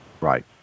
right